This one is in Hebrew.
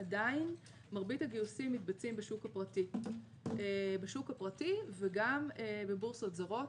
עדיין מרבית הגיוסים מתבצעים בשוק הפרטי וגם בבורסות זרות,